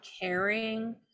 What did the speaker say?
caring